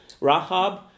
Rahab